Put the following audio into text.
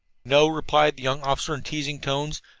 no, replied the young officer in teasing tones,